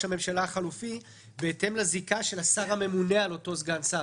הממשלה החלופי בהתאם לזיקה של השר הממונה על אותו סגן שר.